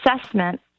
assessment